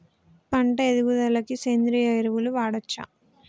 పంట ఎదుగుదలకి సేంద్రీయ ఎరువులు వాడచ్చా?